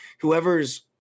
whoever's